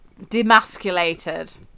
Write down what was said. demasculated